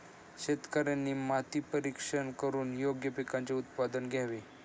शेतकऱ्यांनी माती परीक्षण करून योग्य पिकांचे उत्पादन घ्यावे